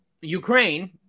Ukraine